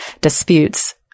disputes